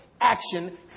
action